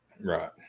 right